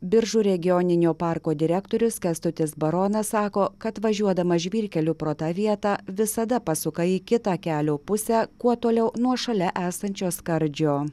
biržų regioninio parko direktorius kęstutis baronas sako kad važiuodamas žvyrkeliu pro tą vietą visada pasuka į kitą kelio pusę kuo toliau nuo šalia esančio skardžio